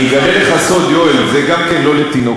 אני אגלה לך סוד, יואל, זה גם כן לא לתינוקות.